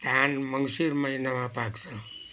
धान मङ्सिर महिनामा पाक्छ